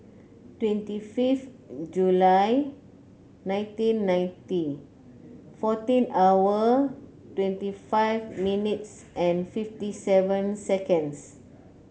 twenty fifth July nineteen ninety fourteen hour twenty five minutes and fifty seven seconds